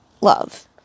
love